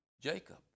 Jacob